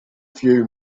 few